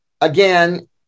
Again